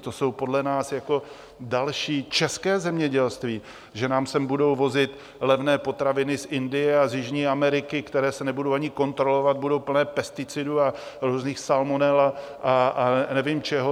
To jsou podle nás další české zemědělství že nám sem budou vozit levné potraviny z Indie a z Jižní Ameriky, které se nebudou ani kontrolovat, budou plné pesticidů, různých salmonel a nevím čeho.